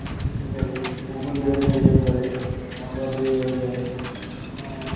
technically ଗୁଗୁଲ୍ରେ ବି ନେଇଯାଇପାରେ ନମ୍ବର୍ ବି ରହିଯାଏ କଷ୍ଟମର୍